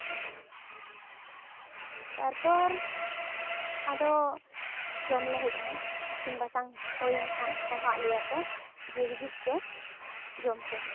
ᱛᱟᱨᱯᱚᱨ ᱟᱫᱚ ᱡᱚᱢᱞᱮ ᱦᱮᱡ ᱮᱱᱟ ᱤᱥᱤᱱ ᱵᱟᱥᱟᱝ ᱦᱩᱭᱮᱱ ᱠᱷᱟᱱ ᱦᱚᱦᱚᱣᱟᱫ ᱞᱮᱭᱟ ᱠᱚ ᱡᱮ ᱦᱤᱡᱩᱜ ᱯᱮ ᱡᱚᱢᱯᱮ